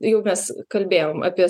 jau mes kalbėjom apie